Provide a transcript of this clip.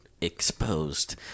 exposed